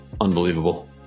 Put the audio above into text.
Unbelievable